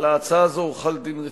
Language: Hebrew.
על ההצעה הזאת הוחל דין רציפות,